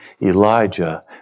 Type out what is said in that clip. Elijah